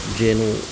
જેનું